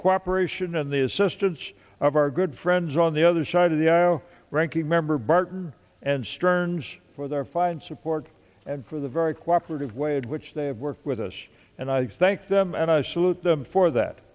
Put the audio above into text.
cooperation and the assistance of our good friends on the other side of the aisle ranking member barton and stearns for their fine support and for the very cooperated way in which they have worked with us and i thank them and i salute them for that